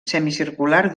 semicircular